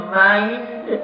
mind